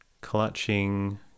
clutching